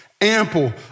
ample